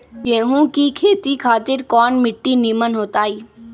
गेंहू की खेती खातिर कौन मिट्टी निमन हो ताई?